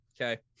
Okay